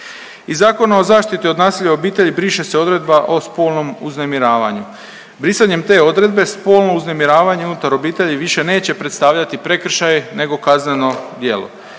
Iz Zakona o zaštiti od nasilja u obitelji briše se odredba o spolnom uznemiravanju. Brisanjem te odredbe spolno uznemiravanje unutar obitelji više neće predstavljati prekršaje nego kazneno djelo.